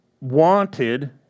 wanted